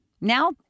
Now